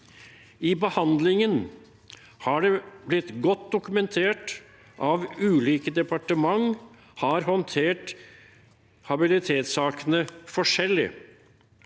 I behandlingen har det blitt godt dokumentert at ulike departementer har håndtert habilitetssakene forskjellig.